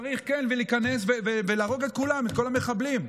להיכנס ולהרוג את כולם, את כל המחבלים.